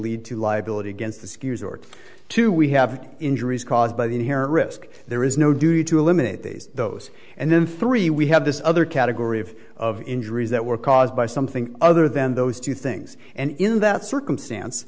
lead to liability against the ski resort to we have injuries caused by the inherent risk there is no duty to eliminate these those and then three we have this other category of of injuries that were caused by something other than those two things and in that circumstance